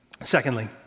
Secondly